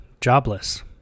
Jobless